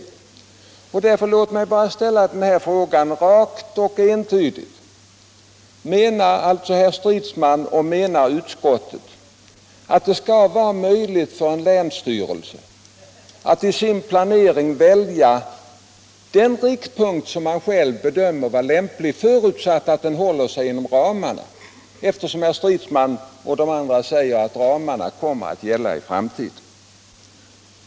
Låt mig därför bara ställa en fråga: Menar herr Stridsman och utskottsmajoriteten i övrigt att det skall vara möjligt för en länsstyrelse att i sin planering välja en riktpunkt som länsstyrelsen själv bedömer som lämplig, förutsatt att den håller sig inom ramarna? Jag vill ställa den frågan, eftersom herr Stridsman säger att ramarna kommer att gälla i framtiden.